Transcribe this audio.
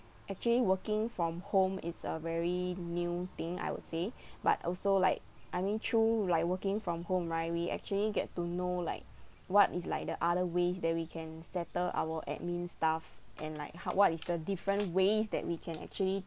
actually working from home is a very new thing I would say but also like I mean through like working from home right we actually get to know like what is like the other ways that we can settle our admin stuff and like how what is the different ways that we can actually